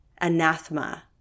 anathema